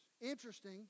Interesting